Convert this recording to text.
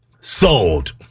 Sold